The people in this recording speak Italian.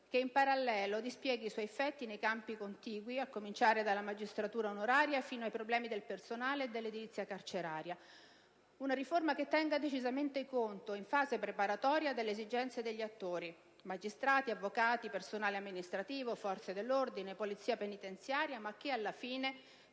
che, in parallelo, dispieghi i suoi effetti nei campi contigui a cominciare dalla magistratura onoraria, fino ai problemi del personale e dell'edilizia carceraria. Una riforma che tenga decisamente conto, in fase preparatoria, delle esigenze degli attori: magistrati, avvocati, personale amministrativo, forze dell'ordine e Polizia penitenziaria ma che, alla fine,